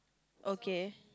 okay